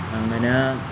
അങ്ങനെ